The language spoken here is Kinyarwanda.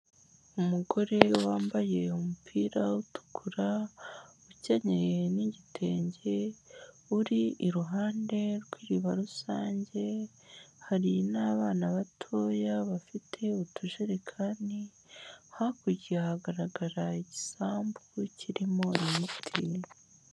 Umugore wambaye umupira utukura ukenyeye n'igitenge, uri iruhande rw'iriba rusange, hari n'abana batoya bafite utujerekani, hakurya hagaragara igisambu kirimo ibiti.